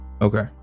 Okay